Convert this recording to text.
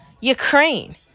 ukraine